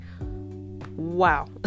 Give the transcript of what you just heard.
wow